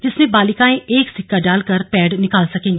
जिसमें बालिकायें एक सिक्का डालकर पैड निकाल सकेंगी